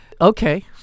Okay